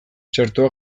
txertoa